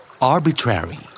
Arbitrary